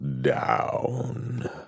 down